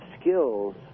skills